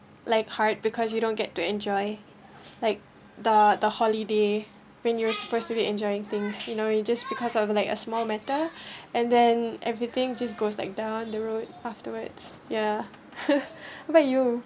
like hard because you don't get to enjoy like the the holiday when you're supposed to be enjoying things you know you just because of like a small matter and then everything just goes like down the road afterwards yeah how about you